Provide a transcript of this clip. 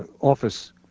office